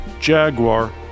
Jaguar